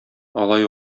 алай